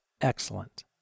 excellent